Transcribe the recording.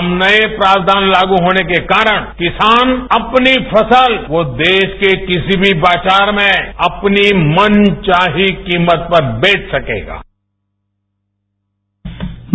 अब नये प्राव्वान लागू होने के कारण किसान अपनी फसल वो देश के किसी भी बाजार में अपनी मनचाही कीमत पर बेच सकेंगे